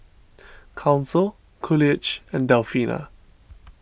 Council Coolidge and Delfina